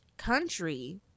country